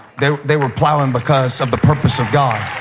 they they were plowing because of the purpose of god.